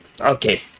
Okay